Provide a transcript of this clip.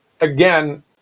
again